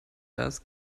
das